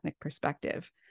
perspective